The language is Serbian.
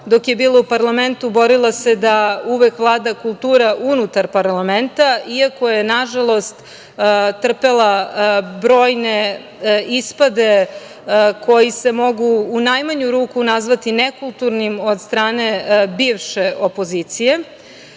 Dok je bila u parlamentu, borila se da uvek vlada kultura unutar parlamenta, iako je, nažalost, trpela brojne ispade koji se mogu u najmanju ruku nazvati nekulturnim od strane bivše opozicije. Ono